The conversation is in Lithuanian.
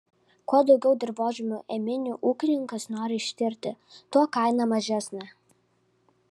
kuo daugiau dirvožemio ėminių ūkininkas nori ištirti tuo kaina mažesnė